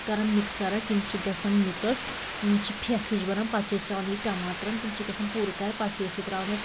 کران مِکسَرَس یم چھِ گَژھان مکٕس یم چھِ پھیٚکھ ہِش بنان پتہٕ چھِ أسۍ ترٛاوان یہِ ٹماٹرن تِم چھِ گَژھان پوٗرٕ تیار پتہٕ چھِ أسۍ یہِ ترٛاوان اتھ